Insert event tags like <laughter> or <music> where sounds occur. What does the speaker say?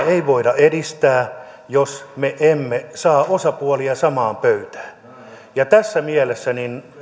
<unintelligible> ei voida edistää jos me emme saa osapuolia samaan pöytään ja tässä mielessä